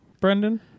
Brendan